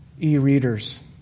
E-readers